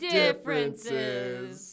differences